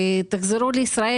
תחזרו לישראל.